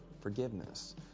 forgiveness